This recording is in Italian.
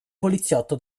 poliziotto